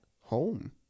home